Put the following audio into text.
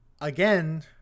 again